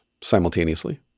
simultaneously